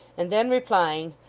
and then replying,